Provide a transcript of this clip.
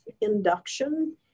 induction